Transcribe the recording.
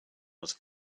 was